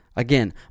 Again